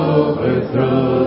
overthrow